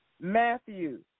Matthew